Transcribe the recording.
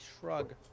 shrug